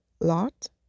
lot